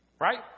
Right